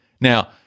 Now-